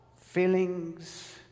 feelings